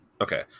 Okay